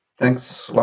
Thanks